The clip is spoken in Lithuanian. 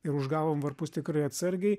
ir užgavom varpus tikrai atsargiai